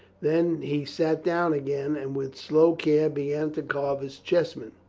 then he sat down again and with slow care began to carve his chessmen.